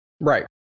Right